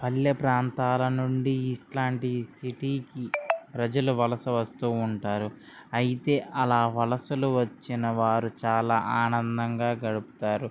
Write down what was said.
పల్లె ప్రాంతాల నుండి ఇట్లాంటి సిటీకి ప్రజలు వలస వస్తూ ఉంటారు అయితే అలా వలసలు వచ్చినవారు చాలా ఆనందంగా గడుపుతారు